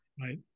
right